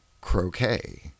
croquet